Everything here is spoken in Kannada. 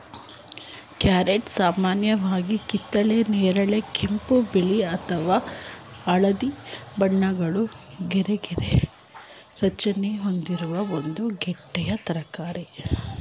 ಕ್ಯಾರಟ್ ಸಾಮಾನ್ಯವಾಗಿ ಕಿತ್ತಳೆ ನೇರಳೆ ಕೆಂಪು ಬಿಳಿ ಅಥವಾ ಹಳದಿ ಬಣ್ಣವುಳ್ಳ ಗರಿಗರಿ ರಚನೆ ಹೊಂದಿರುವ ಒಂದು ಗೆಡ್ಡೆ ತರಕಾರಿ